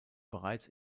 bereits